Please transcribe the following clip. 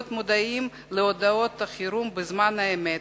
להיות מודעים להודעות החירום בזמן אמת,